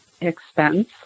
expense